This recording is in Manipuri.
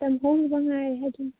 ꯃꯇꯝ ꯍꯧꯈꯤꯕ ꯉꯥꯏꯔꯤ ꯍꯥꯏꯗꯨꯅꯤ